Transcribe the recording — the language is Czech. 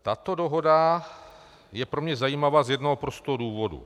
Tato dohoda je pro mě zajímavá z jednoho prostého důvodu.